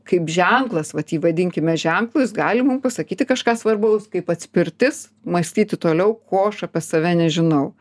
kaip ženklas vat jį vadinkime ženklu jis gali mum pasakyti kažką svarbaus kaip atspirtis mąstyti toliau ko aš apie save nežinau